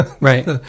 Right